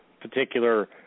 particular